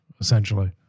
essentially